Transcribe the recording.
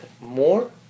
more